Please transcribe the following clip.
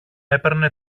έπαιρνε